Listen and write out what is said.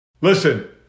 listen